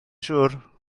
siŵr